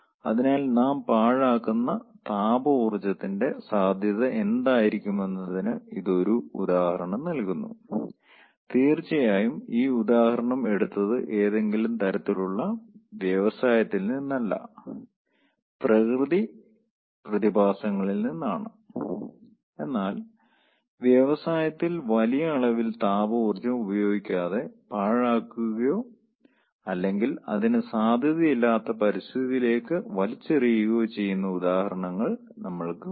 അതിനാൽ നാം പാഴാക്കുന്ന താപ ഊർജ്ജത്തിന്റെ സാധ്യത എന്തായിരിക്കുമെന്നതിന് ഇത് ഒരു ഉദാഹരണം നൽകുന്നു തീർച്ചയായും ഈ ഉദാഹരണം എടുത്തത് ഏതെങ്കിലും തരത്തിലുള്ള വ്യവസായത്തിൽ നിന്നല്ല പ്രകൃതി പ്രതിഭാസങ്ങളിൽ നിന്നാണ് എന്നാൽ വ്യവസായത്തിൽ വലിയ അളവിൽ താപ ഊർജ്ജം ഉപയോഗിക്കാതെ പാഴാക്കുകയോ അല്ലെങ്കിൽ അതിന് സാധ്യതയില്ലാത്ത പരിസ്ഥിതിയിലേക്ക് വലിച്ചെറിയുകയോ ചെയ്യുന്ന ഉദാഹരണങ്ങൾ ഞങ്ങൾക്ക് കാണാം